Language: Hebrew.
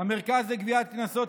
המרכז לגביית קנסות,